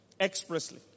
Expressly